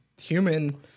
human